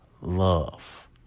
love